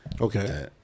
Okay